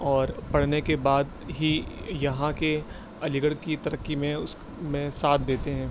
اور پڑھنے کے بعد ہی یہاں کے علی گڑھ کی ترقی میں اس میں ساتھ دیتے ہیں